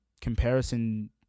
comparison